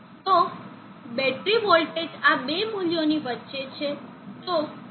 તો battery voltage આ બે મૂલ્યોની વચ્ચે છે